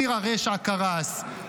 ציר הרשע קרס,